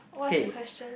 what's the question